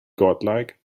godlike